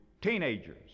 teenagers